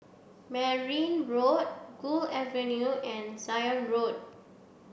Merryn Road Gul Avenue and Zion Road